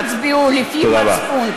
תצביעו לפי המצפון,